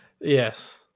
Yes